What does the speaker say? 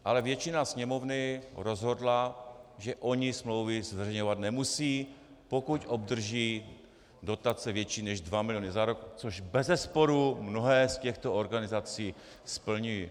Ale většina Sněmovny rozhodla, že oni smlouvy zveřejňovat nemusí, pokud obdrží dotace větší než dva miliony za rok, což bezesporu mnohé z těchto organizací splňují.